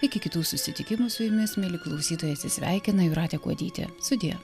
iki kitų susitikimų su jumis mieli klausytojai atsisveikina jūratė kuodytė sudie